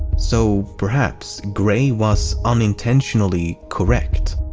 so perhaps gray was unintentionally correct.